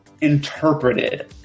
interpreted